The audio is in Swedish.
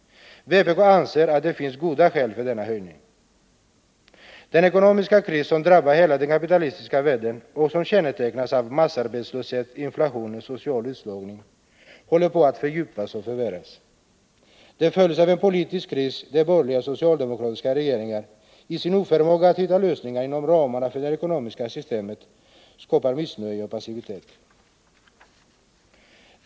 Vpk anser att det finns goda skäl för denna höjning. Den ekonomiska kris som drabbar hela den kapitalistiska världen och som kännetecknas av massarbetslöshet, inflation och social utslagning håller på att fördjupas och förvärras. Den följs av en politisk kris där borgerliga och socialdemokratiska regeringar, i sin oförmåga att hitta lösningar inom ramarna för det ekonomiska systemet, skapar missnöje och passivititet.